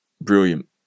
brilliant